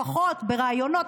לפחות ברעיונות,